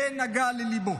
זה נגע לליבו.